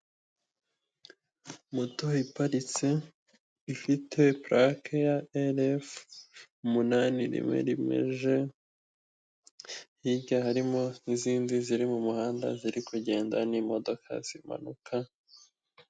Moto iparitse ifite purake ya erefu umunani rimwe rimwe je, hirya harimo n'izindi ziri mu muhanda ziri kugenda n'imodoka zimanuka.